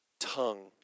Tongue